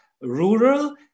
rural